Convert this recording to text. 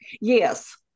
Yes